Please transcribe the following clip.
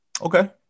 Okay